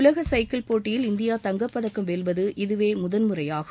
உலக சைக்கிள் போட்டியில் இந்தியா தங்கப் பதக்கம் வெல்வது இதுவே முதன்முறையாகும்